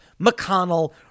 McConnell